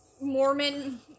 Mormon